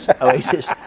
Oasis